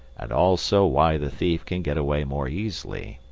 and also why the thief can get away more easily.